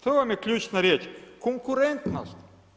To vam je ključna riječ, konkurentnost.